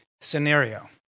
scenario